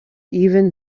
even